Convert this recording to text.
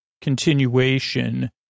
continuation